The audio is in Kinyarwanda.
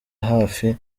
hafi